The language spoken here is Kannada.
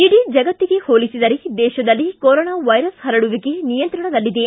ಇಡೀ ಜಗತ್ತಿಗೆ ಹೋಲಿಸಿದರೆ ದೇಶದಲ್ಲಿ ಕೋರೊನಾ ವೈರಸ್ ಹರಡುವಿಕೆ ನಿಯಂತ್ರಣದಲ್ಲಿದೆ